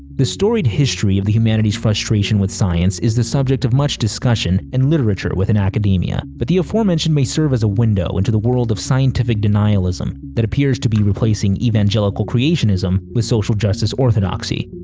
the storied history of the humanities' frustration with science is the subject of much discussion and literature within academia. but the aforementioned may serve as a window into the world of scientific denialism that appears to be replacing evangelical creationism with social justice orthodoxy.